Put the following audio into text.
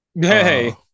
Hey